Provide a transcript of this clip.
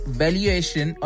valuation